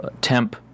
temp